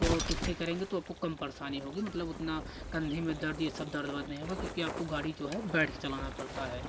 तो आप उससे करेंगे तो आपको कम परेशानी होगी मतलब उतना कंधे में दर्द यह सब दर्द वर्द नहीं होगा क्योंकि आपको गाड़ी जो है बैठ करके चलना पड़ता है